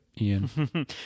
Ian